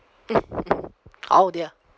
oh dear